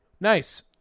Nice